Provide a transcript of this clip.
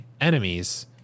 enemies